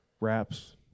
wraps